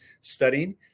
studying